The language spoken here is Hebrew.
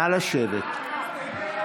נא לשבת.